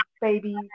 baby